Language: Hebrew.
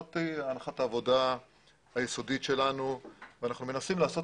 זאת הנחת העבודה היסודית שלנו ואנחנו מנסים לעשות